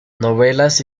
novelas